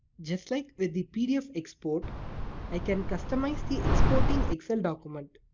just like with the pdf export i can customize the exporting excel document.